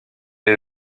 est